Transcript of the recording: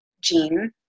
gene